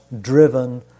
driven